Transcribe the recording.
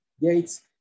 gates